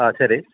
ആ ശരി